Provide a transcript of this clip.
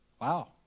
wow